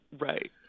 right